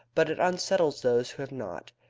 but it unsettles those who have not.